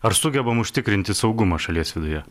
ar sugebam užtikrinti saugumą šalies viduje